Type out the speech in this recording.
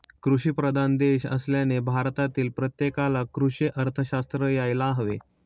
कृषीप्रधान देश असल्याने भारतातील प्रत्येकाला कृषी अर्थशास्त्र यायला हवे